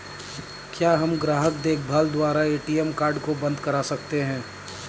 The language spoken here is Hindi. क्या हम ग्राहक देखभाल द्वारा ए.टी.एम कार्ड को बंद करा सकते हैं?